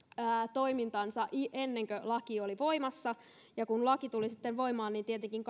toimintaansa ennen kuin laki oli voimassa ja kun laki tuli sitten voimaan niin tietenkin